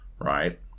right